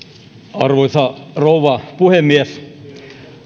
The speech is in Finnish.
arvoisa rouva puhemies